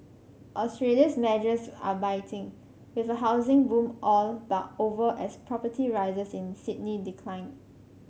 Australia's measures are biting with a housing boom all but over as property in Sydney decline